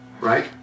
right